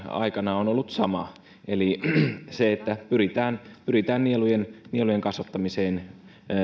aikana on ollut sama eli se että pyritään pyritään nielujen nielujen kasvattamiseen